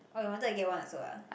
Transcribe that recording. orh you wanted to get one also ah